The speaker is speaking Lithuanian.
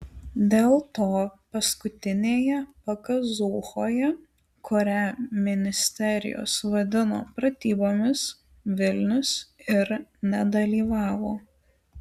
dėl to paskutinėje pakazūchoje kurią ministerijos vadino pratybomis vilnius ir nedalyvavo